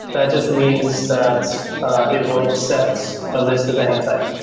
that just means that it will accept a list of any type,